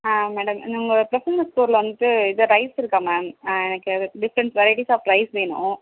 madam உங்கள் பிரசன்னா ஸ்டோரில் வந்துவிட்டு எதா ரைஸ் இருக்கா மேம் இருக்கா எனக்கு டிஃப்ரண்ட்ஸ் வெரைட்டிஸ் ஆஃப் ரைஸ் வேணும்